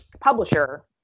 publisher